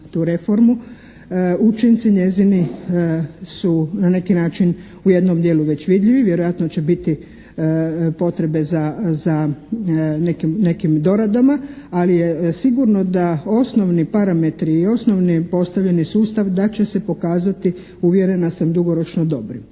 Učinci njezini su na neki način u jednom dijelu već vidljivo. Vjerojatno će biti potrebe za nekim doradama ali je sigurno da osnovni parametri i osnovni postavljeni sustav da će se pokazati uvjerena sam dugoročno dobrim.